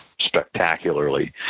spectacularly